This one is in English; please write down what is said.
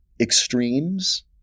extremes